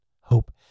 Hope